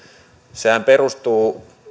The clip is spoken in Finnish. sehän perustuu